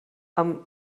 amb